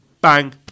bang